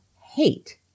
hate